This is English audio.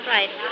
Right